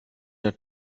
nach